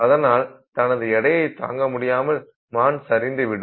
அதனால் தனது எடையை தாங்க முடியாமல் மான் சரிந்து விடும்